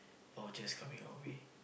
vouchers coming our way